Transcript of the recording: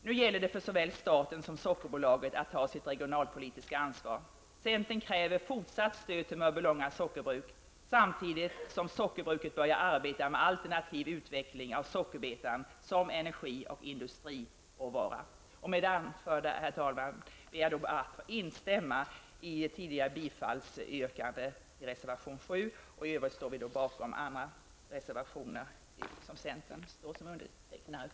Nu gäller det för såväl staten som Sockerbolaget att ta sitt regionalpolitiska ansvar. Centern kräver fortsatt stöd till Mörbylånga sockerbruk, samtidigt som sockerbruket börjar arbeta med alternativ utveckling av sockerbetan som energi och industriråvara. Med det anförda, herr talman, ber jag att få instämma i tidigare yrkande om bifall till reservation 7. I övrigt står jag bakom de reservationer som centerrepresentanter undertecknat.